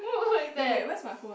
who who is that